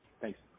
Thanks